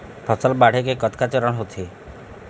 फसल बाढ़े के कतका चरण होथे?